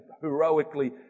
heroically